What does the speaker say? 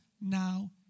now